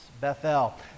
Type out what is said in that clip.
Bethel